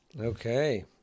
Okay